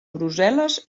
brussel·les